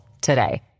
today